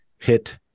hit